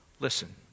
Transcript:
Listen